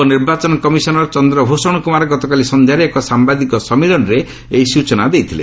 ଉପନିର୍ବାଚନ କମିଶନର ଚନ୍ଦ୍ରଭ୍ଭଷଣ କୁମାର ଗତକାଲି ସନ୍ଧ୍ୟାରେ ଏକ ସାମ୍ବାଦିକ ସମ୍ମିଳନୀରେ ଏହି ସ୍କଚନା ଦେଇଥିଲେ